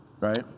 right